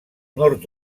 nord